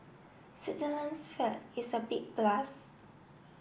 Switzerland's flag is a big plus